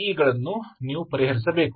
ಇಗಳನ್ನು ನೀವು ಪರಿಹರಿಸಬೇಕು